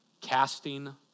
Casting